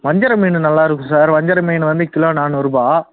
வஞ்சிர மீன் நல்லா இருக்கும் சார் வஞ்சிர மீன் வந்து கிலோ நானூறுரூபா